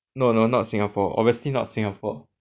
no no not Singapore obviously not Singapore